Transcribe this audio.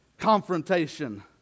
confrontation